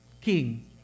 king